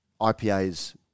IPAs